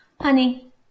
Honey